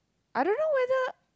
I don't know whether